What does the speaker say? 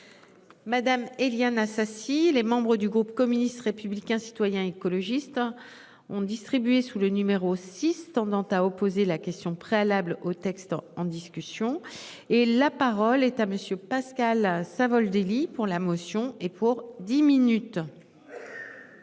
Madame Éliane Assassi. Les membres du groupe communiste, républicain, citoyen et écologiste. Ont distribué sous le numéro 6 tendant à opposer la question préalable au texte, en discussion et la parole est à monsieur Pascal Savoldelli pour la motion et pour 10 minutes.